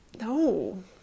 No